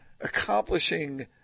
accomplishing